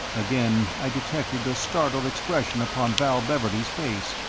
again i detected the startled expression upon val beverley's face.